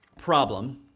problem